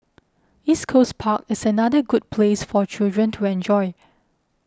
East Coast Park is another good place for children to enjoy